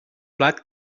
plat